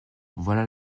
voilà